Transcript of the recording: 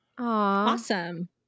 Awesome